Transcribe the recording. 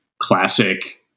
classic